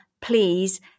please